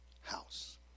house